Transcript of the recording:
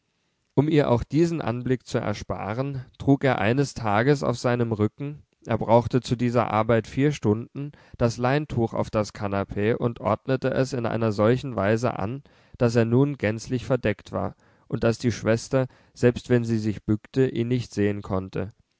um ihr auch diesen anblick zu ersparen trug er eines tages auf seinem rücken er brauchte zu dieser arbeit vier stunden das leintuch auf das kanapee und ordnete es in einer solchen weise an daß er nun gänzlich verdeckt war und daß die schwester selbst wenn sie sich bückte ihn nicht sehen konnte